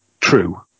true